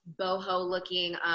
boho-looking